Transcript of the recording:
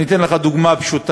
אני אתן לך דוגמה פשוטה